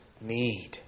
need